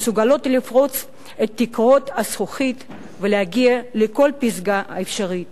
שמסוגלות לפרוץ את תקרות הזכוכית ולהגיע לכל פסגה אפשרית.